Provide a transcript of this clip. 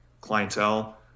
clientele